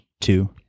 two